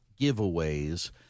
giveaways